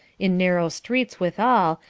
in narrow streets withal,